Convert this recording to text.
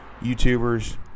YouTubers